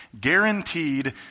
guaranteed